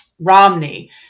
Romney